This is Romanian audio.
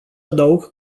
adaug